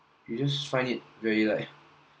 you just find it very like